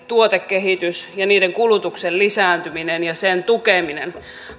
tuotekehitys niiden kulutuksen lisääntyminen ja sen tukeminen